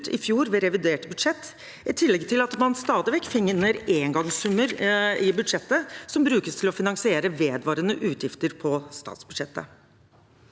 i fjor i revidert budsjett. I tillegg finner man stadig vekk engangssummer i budsjettet som brukes til å finansiere vedvarende utgifter på statsbudsjettet.